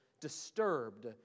disturbed